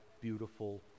beautiful